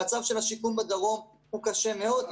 המצב של השיקום בדרום קשה מאוד,